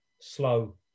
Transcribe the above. slow